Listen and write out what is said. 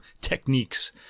techniques